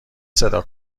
صدا